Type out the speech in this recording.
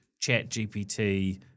ChatGPT